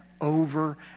over